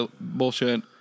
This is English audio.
bullshit